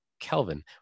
Kelvin